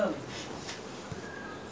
why don't you make yourself fifty percent work